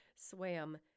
swam